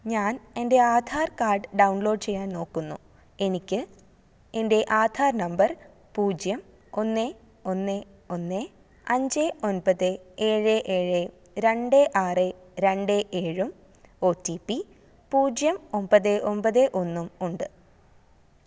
ഞാൻ എൻ്റെ Aadhaar card download ചെയ്യാൻ നോക്കുന്നു എനിക്ക് എൻ്റെ ആധാർ നമ്പർ പൂജ്യം ഒന്ന് ഒന്ന് ഒന്ന് അഞ്ച് ഒൻപത് ഏഴ് ഏഴ് രണ്ട് ആറ് രണ്ട് ഏഴും ഒ ടി പി പൂജ്യം ഒമ്പത് ഒമ്പത് ഒന്നും ഉണ്ട്